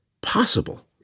possible